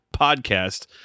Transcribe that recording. podcast